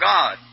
God